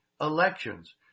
elections